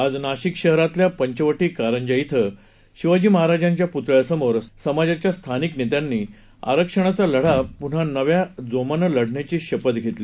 आज नाशिक शहरातल्या पंचवटी कारंजा इथं शिव पुतळ्या समोर समाजाच्या स्थानिक नेत्यांनी आरक्षणाचा लढा पुन्हा नव्या जोमानं लढण्याची शपथ घेतली